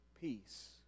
peace